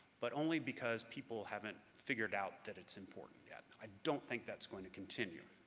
but only because people haven't figured out that it's important yet. i don't think that's going to continue.